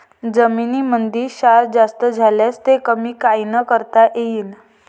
जमीनीमंदी क्षार जास्त झाल्यास ते कमी कायनं करता येईन?